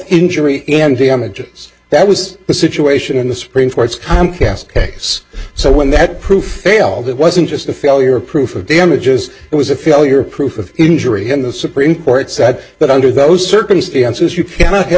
injury and damages that was the situation in the spring for its comcast case so when that proof failed it wasn't just a failure of proof of damages it was a failure proof of injury when the supreme court said that under those circumstances you cannot have